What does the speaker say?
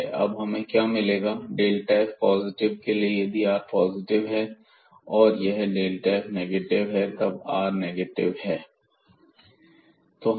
अब हमें क्या मिलेगा f पॉजिटिव के लिए यदि r पॉजिटिव है और यह f नेगेटिव है जबकि r नेगेटिव है